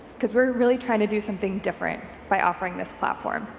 because we're really trying to do something different by offering this platform.